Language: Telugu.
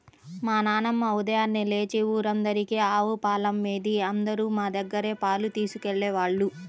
మా నాన్నమ్మ ఉదయాన్నే లేచి ఊరందరికీ ఆవు పాలమ్మేది, అందరూ మా దగ్గరే పాలు తీసుకెళ్ళేవాళ్ళు